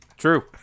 True